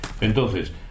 Entonces